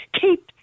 keep